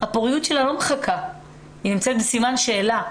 הפוריות שלה לא מחכה, היא נמצאת בסימן שאלה.